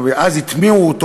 ואז הטמיעו אותו